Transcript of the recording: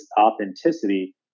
authenticity